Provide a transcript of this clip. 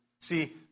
See